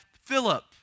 Philip